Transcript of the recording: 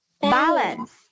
balance